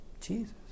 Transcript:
Jesus